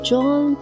John